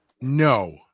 no